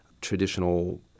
traditional